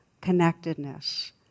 connectedness